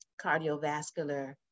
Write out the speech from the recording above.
cardiovascular